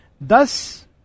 Thus